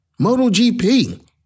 MotoGP